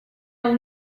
will